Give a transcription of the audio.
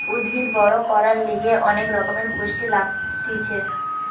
উদ্ভিদ বড় করার লিগে অনেক রকমের পুষ্টি লাগতিছে